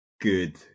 good